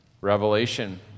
Revelation